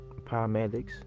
paramedics